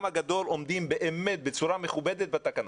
הגדול עומדים באמת בצורה מכובדת בתקנות.